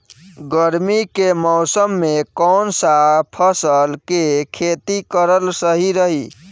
गर्मी के मौषम मे कौन सा फसल के खेती करल सही रही?